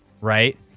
right